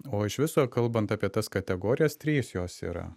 o iš viso kalbant apie tas kategorijas trys jos yra